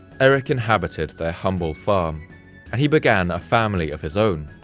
erik inhabited their humble farm and he began a family of his own.